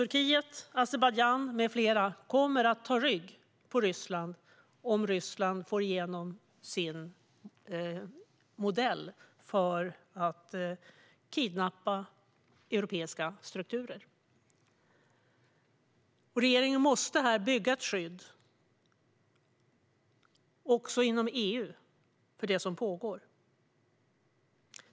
Turkiet, Azerbajdzjan med flera kommer att ta rygg på Ryssland om Ryssland får igenom sin modell för att kidnappa europeiska strukturer. Regeringen måste bygga ett skydd, också inom EU, för det som pågår.